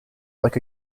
like